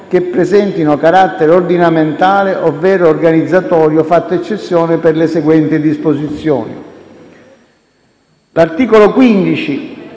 che presentino carattere ordinamentale ovvero organizzatorio, fatta eccezione per le seguenti disposizioni: l'articolo 15,